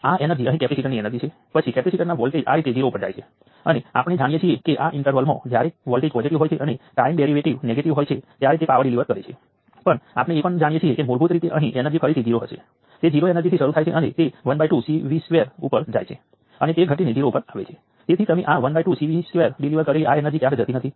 આના ઉપરથી આપણે જાણીએ છીએ કે V1 એ 5 વોલ્ટ છે અને આ કરંટ I1 જે કરંટ સોર્સની દિશાની વિરુદ્ધ દિશામાં છે I1 અહીં માઈનસ 1 મિલિએમ્પ છે